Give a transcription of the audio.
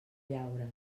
llaures